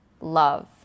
love